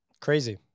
Crazy